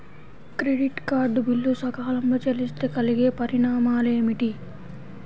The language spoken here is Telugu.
క్రెడిట్ కార్డ్ బిల్లు సకాలంలో చెల్లిస్తే కలిగే పరిణామాలేమిటి?